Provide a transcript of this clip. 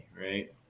Right